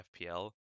fpl